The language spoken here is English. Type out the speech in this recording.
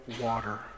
water